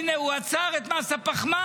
הינה, הוא עצר את מס הפחמן.